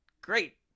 great